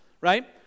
right